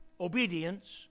obedience